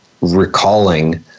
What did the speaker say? recalling